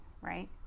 right